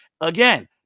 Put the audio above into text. Again